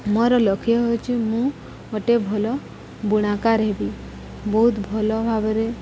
ମୋର ଲକ୍ଷ୍ୟ ହେଉଛି ମୁଁ ଗୋଟେ ଭଲ ବୁଣାକାର ହେବି ବହୁତ ଭଲ ଭାବରେ